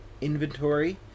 inventory